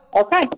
okay